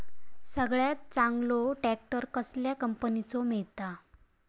सगळ्यात चांगलो ट्रॅक्टर कसल्या कंपनीचो मिळता?